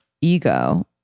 ego